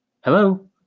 Hello